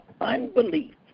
unbelief